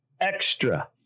extra